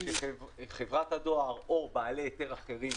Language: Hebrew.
שחברת הדואר או בעלי היתר אחרים